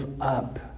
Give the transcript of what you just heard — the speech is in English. up